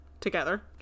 together